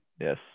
Yes